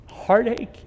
heartache